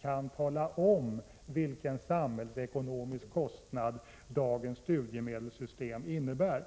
kan tala om vilka samhällsekonomiska kostnader dagens studiemedelssystem innebär.